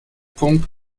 punkt